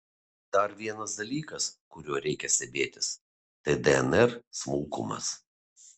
dar vienas dalykas kuriuo reikia stebėtis tai dnr smulkumas